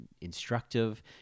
instructive